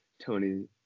tony